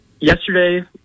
yesterday